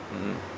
mm mm